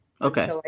Okay